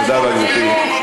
תודה רבה, גברתי.